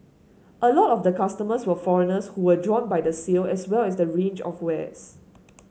a lot of the customers were foreigners who were drawn by the sale as well as the range of wares